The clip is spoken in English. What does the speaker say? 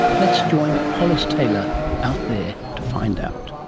let's join hollis taylor out there to find out.